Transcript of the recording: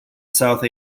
south